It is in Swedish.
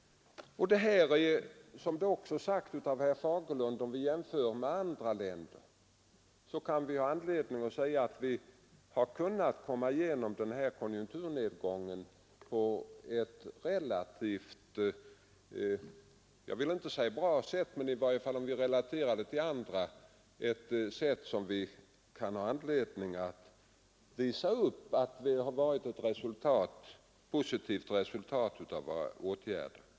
Jämfört med andra länder — detta har också herr Fagerlund sagt — har vi kommit igenom denna konjunkturnedgång, inte på ett bra sätt — det vill jag inte säga — men på ett sätt som vi kan ha anledning att visa upp som ett positivt resultat av våra åtgärder.